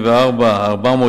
84 מיליון